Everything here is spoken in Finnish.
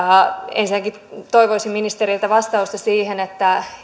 ensinnäkin toivoisin ministeriltä vastausta siihen